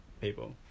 people